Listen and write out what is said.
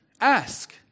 Ask